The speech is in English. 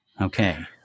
Okay